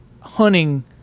hunting